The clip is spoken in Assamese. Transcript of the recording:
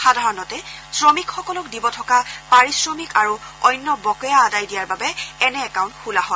সাধাৰণতে শ্ৰমিকসকলক দিব থকা পাৰিশ্ৰমিক আৰু অন্য বকেয়া আদায় দিয়াৰ বাবে এনে একাউণ্ট খোলা হয়